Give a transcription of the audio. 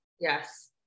Yes